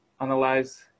Analyze